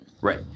Right